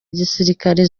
gisirikare